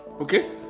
okay